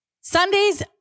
Sundays